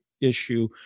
issue